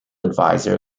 advisor